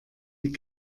die